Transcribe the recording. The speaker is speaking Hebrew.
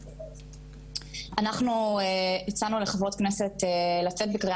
אנחנו הצענו לחברות כנסת לצאת בקריאה